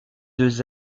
deux